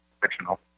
fictional